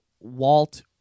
Walt